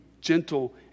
gentle